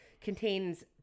contains